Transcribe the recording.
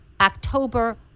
October